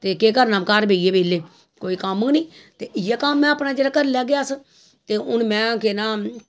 ते केह् करना घर बेहियै बेल्लै कोई कम्म गै निं ते इ'यै कम्म ऐ अपना जिसलै करी लैगे अस ते हून में केह् नां